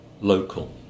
local